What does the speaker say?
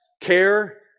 care